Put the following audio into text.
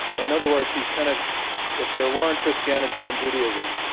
and other words, he's kind of if there weren't christianity and judaism,